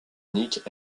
unique